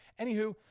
Anywho